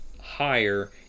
higher